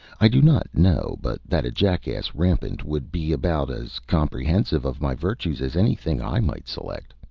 i do not know but that a jackass rampant would be about as comprehensive of my virtues as anything i might select.